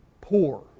poor